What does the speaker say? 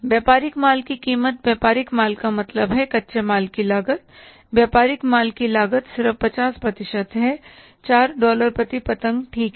व्यापारिक माल की कीमत व्यापारिक माल का मतलब है कच्चे माल की लागत व्यापारिक माल की लागत सिर्फ 50 प्रतिशत है 4 डॉलर प्रति पतंग ठीक है